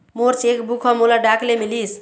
मोर cheque book ह मोला डाक ले मिलिस